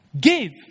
give